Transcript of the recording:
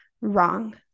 Wrong